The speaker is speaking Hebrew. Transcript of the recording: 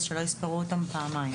אז שלא יספרו אותם פעמיים.